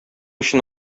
өчен